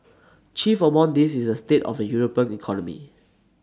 chief among these is the state of the european economy